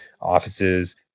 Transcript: offices